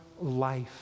life